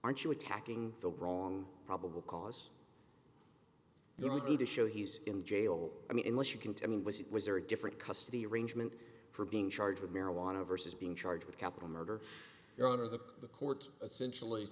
aren't you attacking the wrong probable cause you don't need to show he's in jail i mean unless you can tell me was it was there a different custody arrangement for being charged with marijuana versus being charged with capital murder your honor that the court essentially